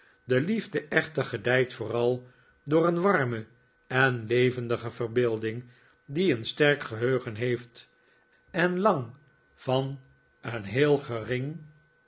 de liefde echter gedijt vooral door een warme en levendige verbeelding die een sterk geheugen heeft en lang van een heel gering